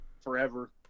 forever